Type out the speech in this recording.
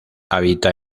habita